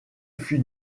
fut